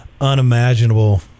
unimaginable